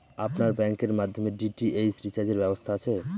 আপনার ব্যাংকের মাধ্যমে ডি.টি.এইচ রিচার্জের ব্যবস্থা আছে?